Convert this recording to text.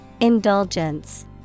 Indulgence